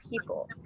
people